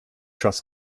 truss